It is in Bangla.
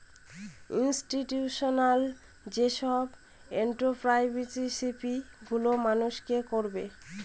ইনস্টিটিউশনাল যেসব এন্ট্ররপ্রেনিউরশিপ গুলো মানুষকে করাবে